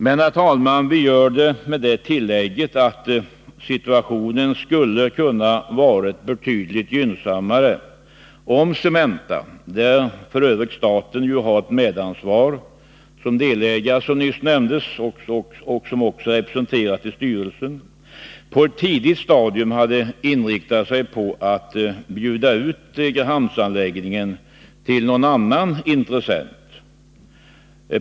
Men vi gör det med det tillägget att situationen kunde ha varit betydligt gynnsammare, om Cementa, där f. ö. staten såsom nyss nämndes har ett medansvar såsom delägare med en representant i styrelsen, på ett tidigt stadium hade inriktat sig på att bjuda ut Degerhamnsanläggningen till någon annan intressent.